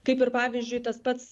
kaip ir pavyzdžiui tas pats